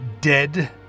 dead